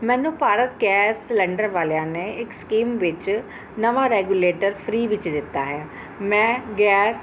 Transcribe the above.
ਮੈਨੂੰ Bharat gas cylinder ਵਾਲਿਆਂ ਨੇ ਇੱਕ ਸਕੀਮ ਵਿੱਚ ਨਵਾਂ ਰੈਗੂਲੇਟਰ ਫਰੀ ਵਿੱਚ ਦਿੱਤਾ ਹੈ ਮੈਂ ਗੈਸ